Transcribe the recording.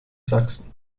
sachsen